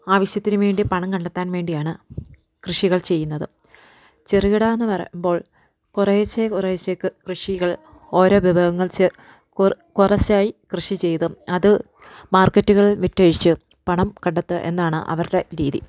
ആവശ്യത്തിനു വേണ്ടി പണം കണ്ടെത്താൻ വേണ്ടിയാണ് കൃഷികൾ ചെയ്യുന്നത് ചെറുകിട എന്ന് പറയുമ്പോൾ കുറേശേ കുറേശേ കൃഷികൾ ഓരോ വിഭവങ്ങൾ ചെർ കൊർ കുറച്ചായി കൃഷി ചെയ്തും അത് മാർക്കറ്റുകളിൽ വിറ്റഴിച്ചും പണം കണ്ടെത്തുക എന്നതാണ് അവരുടെ രീതി